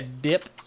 dip